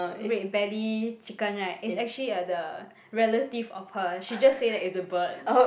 red belly chicken right is actually a the relative of her she just say that it's a bird